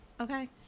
Okay